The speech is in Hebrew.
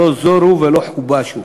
לא זֹרו ולא חֻבשו